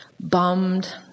bummed